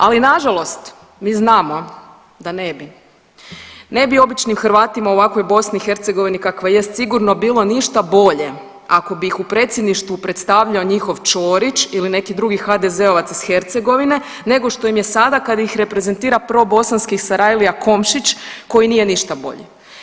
Ali nažalost, mi znamo da ne bi, ne bi običnim Hrvatima u ovakvoj BiH kakva jest sigurno bilo ništa bolje ako bi ih u predsjedništvu predstavljao njihov Ćorić ili neki drugi HDZ-ovac iz Hercegovine nego što im je sada kad ih reprezentira probosanski Sarajlija Komšić koji nije ništa bolji.